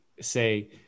say